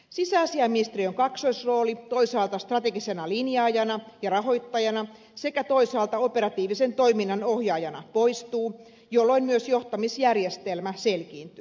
sisäasiainministeriön kaksoisrooli toisaalta strategisena linjaajana ja rahoittajana sekä toisaalta operatiivisen toiminnan ohjaajana poistuu jolloin myös johtamisjärjestelmä selkiintyy